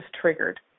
triggered